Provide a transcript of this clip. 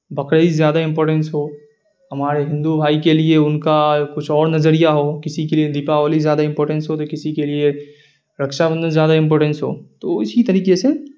بقرعید زیادہ امپارٹنس ہو ہمارے ہندو بھائی کے لیے ان کا کچھ اور نظریہ ہو کسی کے لیے دیپاولی زیادہ امپارٹنس ہو تو کسی کے لیے رکشابندھن زیادہ امپارٹنس ہو تو اسی طریقے سے